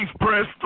press